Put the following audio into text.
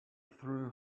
threw